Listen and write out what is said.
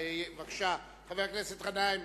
חבר הכנסת גנאים,